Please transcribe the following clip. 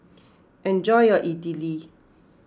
enjoy your Idili